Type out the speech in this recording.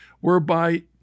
whereby